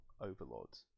overlords